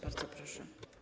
Bardzo proszę.